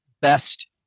best